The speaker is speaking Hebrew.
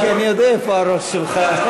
כי אני יודע איפה הראש שלך.